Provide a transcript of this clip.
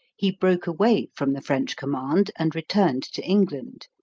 he broke away from the french command and returned to england.